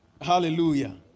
Hallelujah